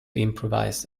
improvise